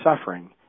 suffering